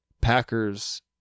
Packers